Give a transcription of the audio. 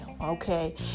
okay